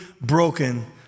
broken